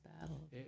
Battle